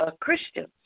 Christians